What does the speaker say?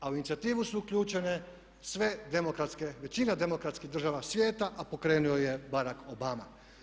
A u inicijativu su uključene sve demokratske, većina demokratskih država svijeta a pokrenuo ju je Barack Obama.